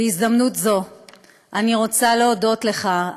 בהזדמנות זו אני רוצה להודות לך,